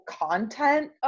content